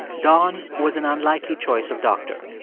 don was an unlikely choice of doctor.